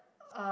um